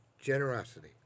Generosity